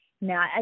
Now